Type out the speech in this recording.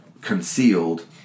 concealed